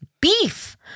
beef